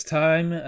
time